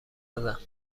نزن